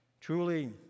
Truly